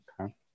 Okay